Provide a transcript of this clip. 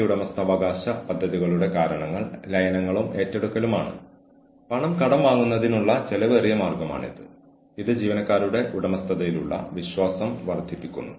ഉദ്യോഗാർത്ഥികളുടെ മനോഭാവം പ്രതീക്ഷിച്ചതുപോലെ പ്രവർത്തിക്കാനുള്ള കഴിവ് എന്നിവ വിലയിരുത്തുന്നതിന് ഏതാനും ദിവസങ്ങൾക്കുള്ളിൽ വ്യക്തിത്വ പരിശോധനകൾ നടത്താറുണ്ട്